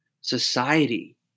society